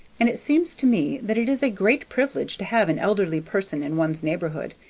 and it seems to me that it is a great privilege to have an elderly person in one's neighborhood,